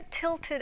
tilted